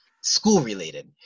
school-related